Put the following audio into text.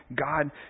God